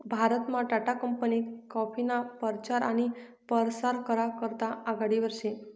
भारतमा टाटा कंपनी काफीना परचार आनी परसार करा करता आघाडीवर शे